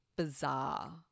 bizarre